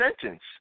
sentence